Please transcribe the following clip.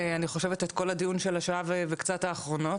אני חושבת את כל הדיון של השעה וקצת האחרונות.